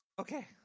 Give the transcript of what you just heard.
Okay